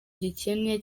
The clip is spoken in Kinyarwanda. gikennye